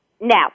Now